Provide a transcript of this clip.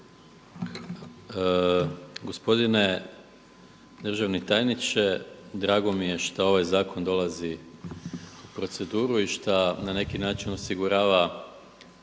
Gospodine državni tajniče. Drago mi je što ovaj zakon dolazi u proceduru i šta na neki način osigurava